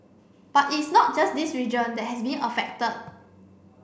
but it's not just this region that has been affected